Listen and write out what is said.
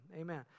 Amen